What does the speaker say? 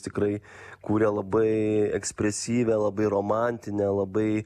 tikrai kūrė labai ekspresyvią labai romantinę labai